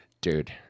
dude